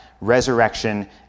resurrection